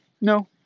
No